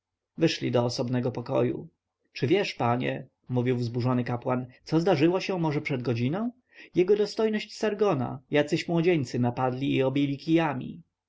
wyszli do osobnego pokoju czy wiesz panie mówił wzburzony kapłan co zdarzyło się może przed godziną jego dostojność sargona jacyś młodzieńcy napadli i obili